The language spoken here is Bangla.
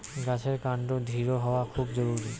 গাছের কান্ড দৃঢ় হওয়া খুব জরুরি